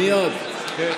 מייד, כן.